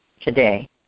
today